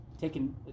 taking